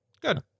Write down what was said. Good